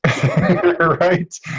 Right